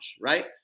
right